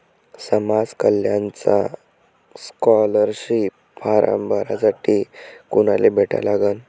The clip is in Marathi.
समाज कल्याणचा स्कॉलरशिप फारम भरासाठी कुनाले भेटा लागन?